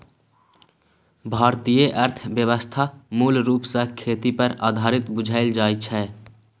भारतीय अर्थव्यवस्था मूल रूप सँ खेती पर आधारित बुझल जाइ छै